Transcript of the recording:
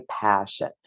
passion